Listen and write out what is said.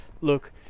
look